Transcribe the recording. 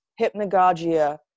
hypnagogia